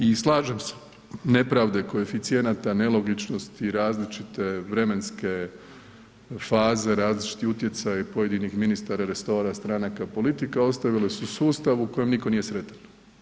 I slažem se, nepravde koeficijenata nelogičnosti, različite vremenske faze, različiti utjecati pojedinih ministara, resora, stranaka, politika ostavile su sustav u kojem niko nije sretan.